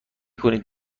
کنید